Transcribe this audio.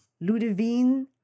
Ludovine